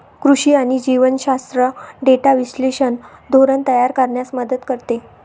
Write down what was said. कृषी आणि जीवशास्त्र डेटा विश्लेषण धोरण तयार करण्यास मदत करते